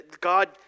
God